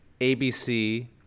ABC